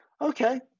okay